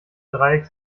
dreieck